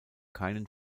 keinen